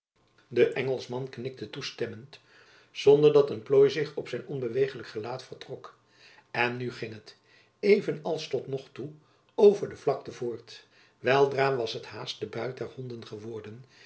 de engelschman knikte toestemmend zonder dat een plooi zich op zijn onbewegelijk gelaat vertrok en nu ging het even als tot nog toe over de vlakte voort weldra was het haas de buit der honden geworden